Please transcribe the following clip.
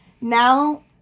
Now